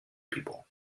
people